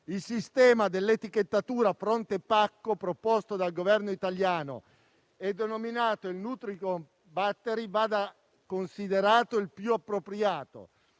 il sistema dell'etichettatura fronte-pacco proposto dal Governo italiano denominato nutrinform battery vada considerato il più appropriato